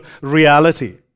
reality